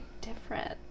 different